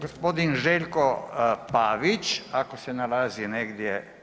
Gospodin Željko Pavić ako se nalazi negdje.